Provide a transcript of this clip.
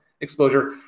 exposure